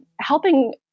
helping